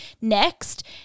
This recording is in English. next